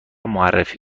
معرفی